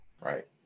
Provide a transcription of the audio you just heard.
Right